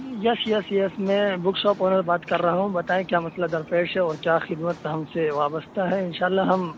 یس yes yes میں book shop owner بات کر رہا ہوں بتائیں کیا مسئلہ درپیش ہے اور کیا خدمت ہم سے وابستہ ہے انشاء اللہ ہم